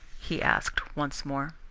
he asked once more.